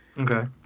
Okay